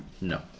No